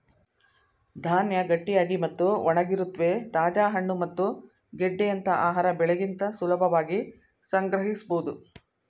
ಧಾನ್ಯ ಗಟ್ಟಿಯಾಗಿ ಮತ್ತು ಒಣಗಿರುತ್ವೆ ತಾಜಾ ಹಣ್ಣು ಮತ್ತು ಗೆಡ್ಡೆಯಂತ ಆಹಾರ ಬೆಳೆಗಿಂತ ಸುಲಭವಾಗಿ ಸಂಗ್ರಹಿಸ್ಬೋದು